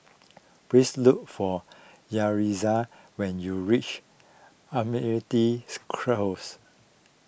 please look for Yaritza when you reach Close